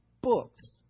books